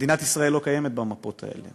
מדינת ישראל לא קיימת במפות האלה,